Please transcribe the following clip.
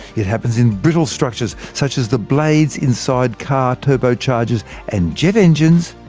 it happens in brittle structures such as the blades inside car turbochargers and jet engines,